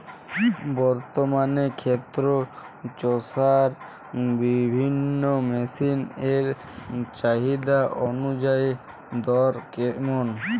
বর্তমানে ক্ষেত চষার বিভিন্ন মেশিন এর চাহিদা অনুযায়ী দর কেমন?